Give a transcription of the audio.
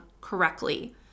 correctly